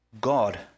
God